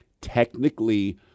technically